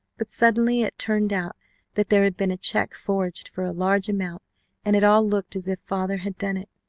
but suddenly it turned out that there had been a check forged for a large amount and it all looked as if father had done it.